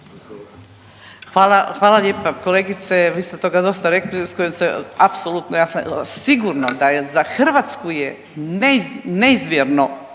Hvala lijepa kolegice. Vi ste toga dosta rekli sa kojim se apsolutno sigurno da za hrvatsku je neizmjerno